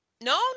No